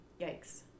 yikes